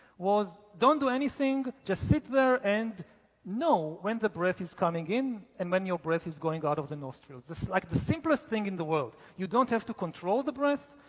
was don't do anything, just sit there and know when the breath is coming in and when your breath is going out of the nostrils. this is like the simplest thing in the world. you don't have to control the breath,